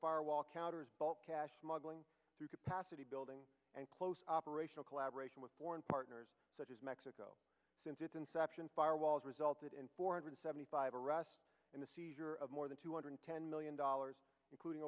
firewall counters bulk cash smuggling through capacity building and close operational collaboration with foreign partners such as mexico since its inception firewalls resulted in four hundred seventy five arrests in the seizure of more than two hundred ten million dollars including